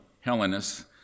Hellenists